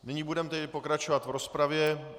Nyní budeme pokračovat v rozpravě.